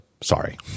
sorry